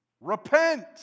Repent